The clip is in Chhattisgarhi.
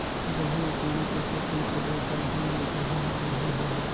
गहूं म पानी कइसे सिंचबो ता हमर गहूं हर बढ़िया होही?